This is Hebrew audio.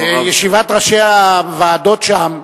ישיבת ראשי הוועדות שם,